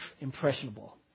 impressionable